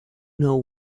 know